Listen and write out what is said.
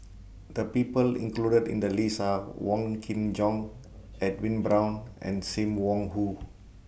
The People included in The list Are Wong Kin Jong Edwin Brown and SIM Wong Hoo